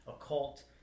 occult